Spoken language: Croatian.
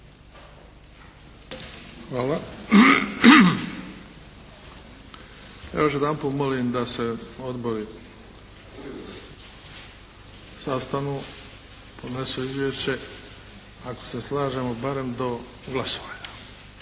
Hvala. Još jedanput molim da se odbori sastanu, podnesu izvješće, ako se slažemo barem do glasovanja